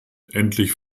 endlich